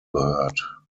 gehört